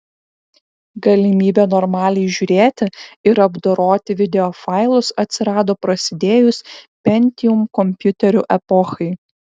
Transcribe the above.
galimybė normaliai žiūrėti ir apdoroti videofailus atsirado prasidėjus pentium kompiuterių epochai